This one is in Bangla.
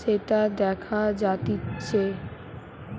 সেটা দেখা জাতিচ্চে